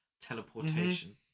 teleportation